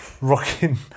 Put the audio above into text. rocking